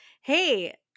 hey